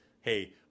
hey